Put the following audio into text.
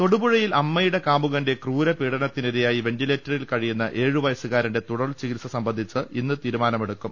തൊടുപുഴയിൽ അമ്മയുടെ കാമുകന്റെ ക്രൂര പ്പീഡനത്തിനി രയായി വെന്റിലേറ്ററിൽ കഴിയുന്ന ഏഴു വ്യസ്സുകാരന്റെ തുടർ ചികിത്സ സംബന്ധിച്ച് ഇന്ന് തീരുമാനമെടുക്കും